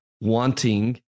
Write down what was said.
wanting